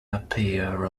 appear